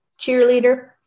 Cheerleader